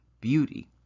beauty